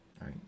right